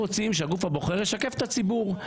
אנחנו רוצים שהגוף הבוחר ישקף את הציבור.